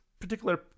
particular